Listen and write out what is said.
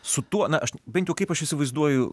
su tuo na aš bent jau kaip aš įsivaizduoju